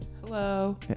hello